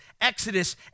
Exodus